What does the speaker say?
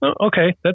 Okay